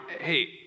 hey